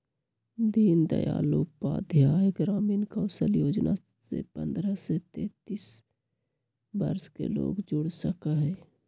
दीन दयाल उपाध्याय ग्रामीण कौशल योजना से पंद्रह से पैतींस वर्ष के लोग जुड़ सका हई